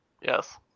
Yes